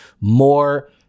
more